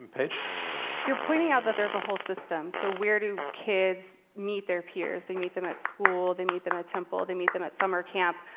and you're pointing out that there's a whole system. so, where do kids meet their peers? they meet them at school they meet them at temple they meet them at summer camp.